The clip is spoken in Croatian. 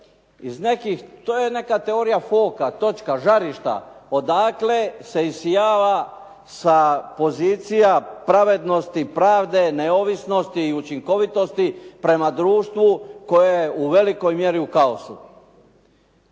To je neka teorija foka, točka, žarišta odakle se isijava sa pozicija pravednosti, pravde, neovisnosti i neučinkovitosti prema društvu koje je u velikoj mjeri u kaosu.